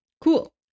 Cool